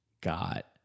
got